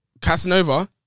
Casanova